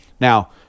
Now